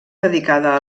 dedicada